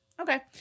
Okay